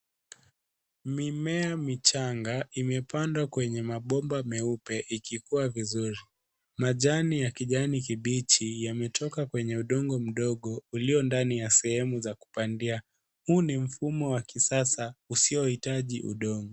Mimea michanga imepandwa kwenye mabomba meupe ikikua vizuri. Majani ya kijani kibichi yametoka kwenye udongo mdogo uliondani ya sehemu za kupandia. Huu ni mfumo wa kisasa usiohitaji udongo.